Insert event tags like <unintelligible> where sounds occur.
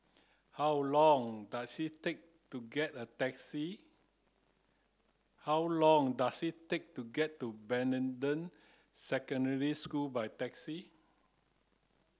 how long does it take to get the taxi how long does it take to get to <unintelligible> Secondary School by taxi